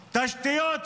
תשתיות,